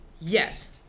Yes